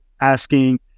asking